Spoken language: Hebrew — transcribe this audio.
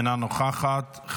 אינה נוכחת,